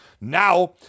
Now